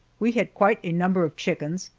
we had quite a number of chickens,